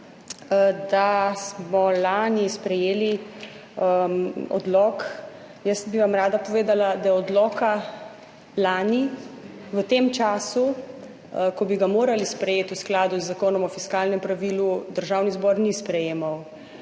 da smo lani sprejeli odlok. Jaz bi vam rada povedala, da odloka lani v tem času, ko bi ga morali sprejeti v skladu z Zakonom o fiskalnem pravilu, Državni zbor ni sprejemal.